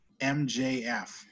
MJF